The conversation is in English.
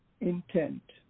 intent